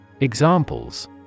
Examples